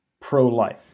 pro-life